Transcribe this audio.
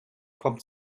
kommt